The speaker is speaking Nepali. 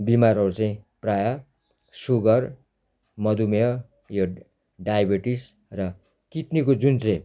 बिमारहरू चाहिँ प्रायः सुगर मधुमेह यो डायबिटिज र किडनीको जुन चाहिँ